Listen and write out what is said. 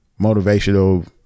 motivational